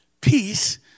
Peace